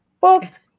booked